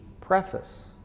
preface